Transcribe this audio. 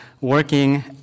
working